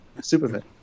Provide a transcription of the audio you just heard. Superman